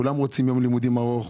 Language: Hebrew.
כולם רוצים יום לימודים ארוך,